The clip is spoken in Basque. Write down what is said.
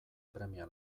premia